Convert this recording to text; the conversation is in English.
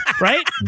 Right